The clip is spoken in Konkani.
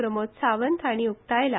प्रमोद सावंत हांणी उकतायलो